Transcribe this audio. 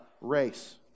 race